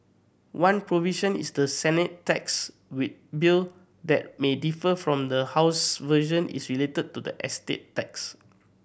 one provision is the Senate tax we bill that may differ from the House version is related to the estate tax